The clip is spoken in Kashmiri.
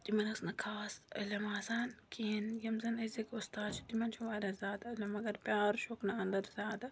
تِمَن اوس نہٕ خاص علِم آسان کِہیٖنۍ یِم زَن أزِکۍ اُستاد چھِ تِمَن چھُ واریاہ زیادٕ علِم مگر پیار چھُکھ نہٕ اَنٛدَر زیادٕ